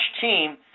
team